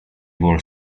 wall